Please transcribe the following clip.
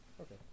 Okay